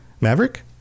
Maverick